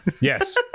Yes